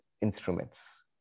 instruments